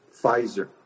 Pfizer